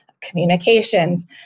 communications